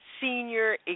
senior